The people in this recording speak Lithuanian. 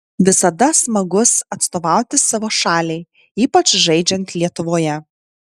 visada smagus atstovauti savo šaliai ypač žaidžiant lietuvoje